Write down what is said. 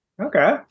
Okay